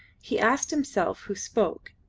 he asked himself who spoke,